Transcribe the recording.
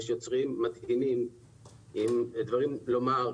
יש יוצרים מדהימים עם דברים לומר.